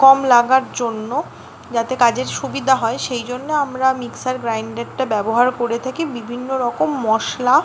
কম লাগার জন্য যাতে কাজের সুবিধা হয় সেই জন্যে আমরা মিক্সার গ্রাইন্ডারটা ব্যবহার করে থাকি বিভিন্ন রকম মশলা